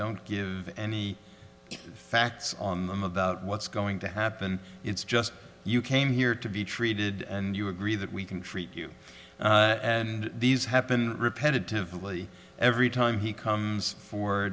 don't give any facts on them about what's going to happen it's just you came here to be treated and you agree that we can treat you and these happen repetitively every time he comes for